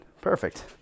Perfect